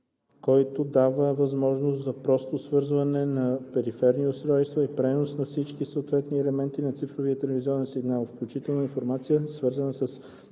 който дава възможност за просто свързване на периферни устройства и пренос на всички съответни елементи на цифров телевизионен сигнал, включително информация, свързана с